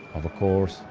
of course.